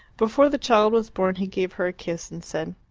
before the child was born he gave her a kiss, and said,